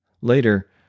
Later